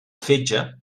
fetge